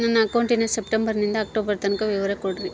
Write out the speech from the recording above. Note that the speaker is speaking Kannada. ನನ್ನ ಅಕೌಂಟಿನ ಸೆಪ್ಟೆಂಬರನಿಂದ ಅಕ್ಟೋಬರ್ ತನಕ ವಿವರ ಕೊಡ್ರಿ?